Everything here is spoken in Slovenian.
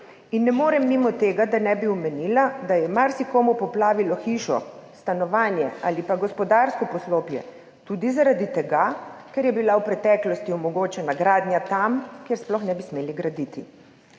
In ne morem mimo tega, da ne bi omenila, da je marsikomu poplavilo hišo, stanovanje ali pa gospodarsko poslopje tudi zaradi tega, ker je bila v preteklosti omogočena gradnja tam, kjer sploh ne bi smeli graditi.